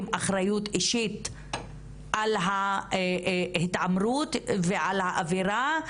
אחריות אישית על ההתעמרות ועל האווירה,